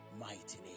mighty